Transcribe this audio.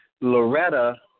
Loretta